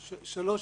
שלוש הערות.